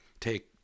Take